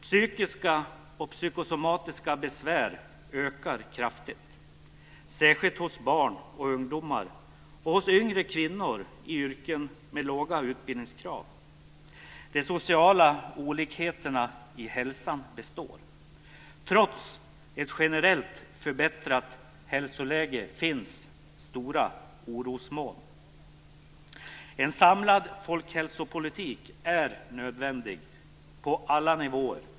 Psykiska och psykosomatiska besvär ökar kraftigt, särskilt hos barn och ungdomar och hos yngre kvinnor i yrken med låga utbildningskrav. De sociala olikheterna i hälsan består. Trots ett generellt förbättrat hälsoläge finns det stora orosmoln. En samlad folkhälsopolitik är nödvändig på alla nivåer.